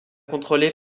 contrôlé